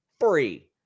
Free